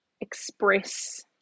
express